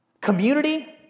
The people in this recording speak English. community